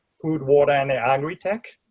food, water, and the agritech,